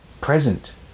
present